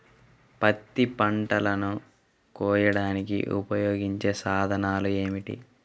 పత్తి పంటలను కోయడానికి ఉపయోగించే సాధనాలు ఏమిటీ?